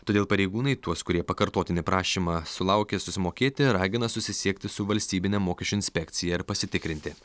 todėl pareigūnai tuos kurie pakartotinį prašymą sulaukė susimokėti ragina susisiekti su valstybine mokesčių inspekcija ir pasitikrinti